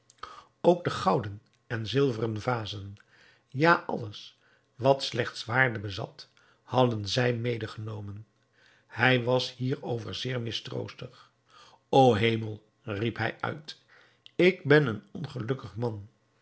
ook de gouden en zilveren vazen ja alles wat slechts waarde bezat hadden zij medegenomen hij was hierover zeer mistroostig o hemel riep hij uit ik ben een ongelukkig man